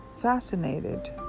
fascinated